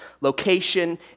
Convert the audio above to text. location